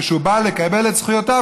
כשהוא בא לקבל את זכויותיו,